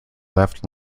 left